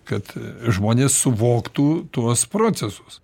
kad žmonės suvoktų tuos procesus